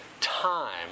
time